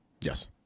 yes